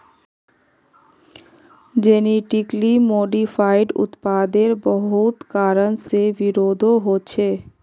genetically modified उत्पादेर बहुत कारण से विरोधो होछे